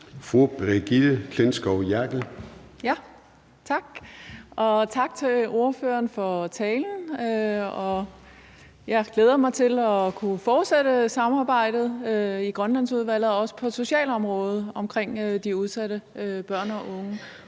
Brigitte Klintskov Jerkel (KF): Tak. Og tak til ordføreren for talen, og jeg glæder mig til at kunne fortsætte samarbejdet i Grønlandsudvalget og også på socialområdet omkring de udsatte børn og unge.